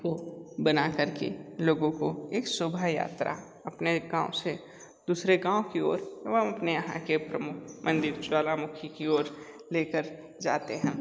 को बनाकर के लोगों को एक शोभा यात्रा अपने गाँव से दूसरे गाँव की ओर एवं अपने यहाँ के प्रमुख मंदिर ज्वालामुखी की ओर ले कर जाते हैं